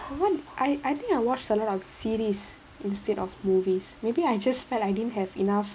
one I I think I watch a lot of series instead of movies maybe I just felt like I didn't have enough